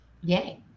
Yay